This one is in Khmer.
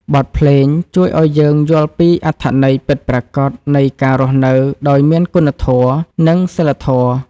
បទភ្លេងជួយឱ្យយើងយល់ពីអត្ថន័យពិតប្រាកដ នៃការរស់នៅដោយមានគុណធម៌ និងសីលធម៌។